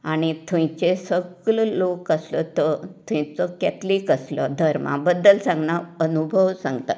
आनी थंयचे सगळें लोक आसलो तो थंयचोच केथोलिक आसलो धर्मा बद्दल सांगना अनुभव सांगता